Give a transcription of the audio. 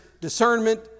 discernment